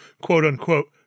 quote-unquote